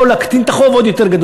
או להקטין את החוב עוד יותר,